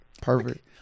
Perfect